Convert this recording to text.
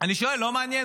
אני שואל, לא מעניין?